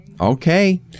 Okay